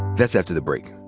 that's after the break.